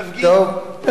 אין צורך.